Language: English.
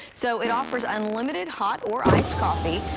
so it offers unlimited hot or iced coffee.